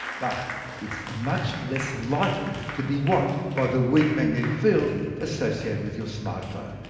but it's much less likely to be wiped by the weak magnetic field associated with your smart phone.